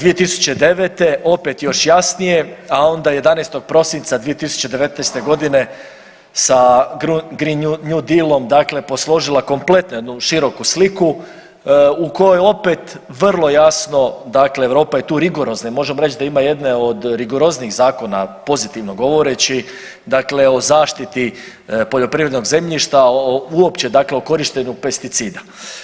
2009. opet još jasnije, a onda 11. prosinca 2019. godine sa green new dealom, dakle posložila kompletnu jednu široku sliku u kojoj opet vrlo jasno, dakle Europa je tu rigorozna i možemo reći da ima jedne od rigoroznijih zakona pozitivno govoreći, dakle o zaštiti poljoprivrednog zemljišta uopće dakle o korištenju pesticida.